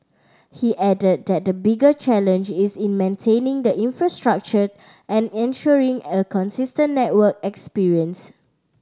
he added that the bigger challenge is in maintaining the infrastructure and ensuring a consistent network experience